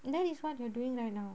that is what you are doing right now